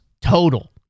total